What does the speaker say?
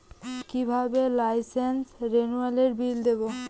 কিভাবে লাইসেন্স রেনুয়ালের বিল দেবো?